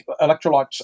electrolytes